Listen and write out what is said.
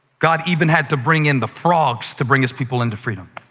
god even had to bring in the frogs to bring his people into freedom.